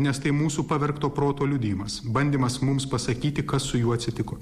nes tai mūsų pavergto proto liudijimas bandymas mums pasakyti kas su juo atsitiko